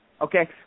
okay